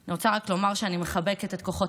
אני רוצה רק לומר שאני מחזקת את כוחות